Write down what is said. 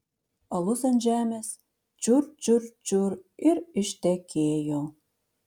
alus ant žemės čiur čiur čiur ir ištekėjo